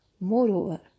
Moreover